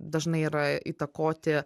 dažnai yra įtakoti